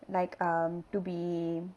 like um to be